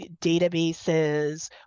databases